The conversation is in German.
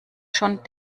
schon